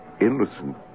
innocent